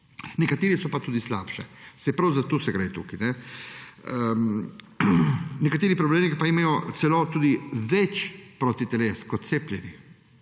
Nekateri so pa tudi slabše, saj prav za to gre tukaj. Nekateri preboleli pa imajo celo tudi več protiteles kot cepljeni.